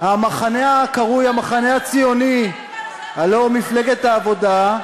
המחנה הקרוי המחנה הציוני, הלוא הוא מפלגת העבודה,